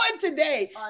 today